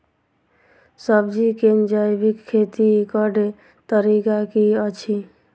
सब्जी केँ जैविक खेती कऽ तरीका की अछि?